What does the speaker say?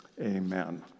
Amen